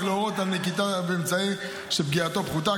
להורות על נקיטה באמצעי שפגיעתו פחותה.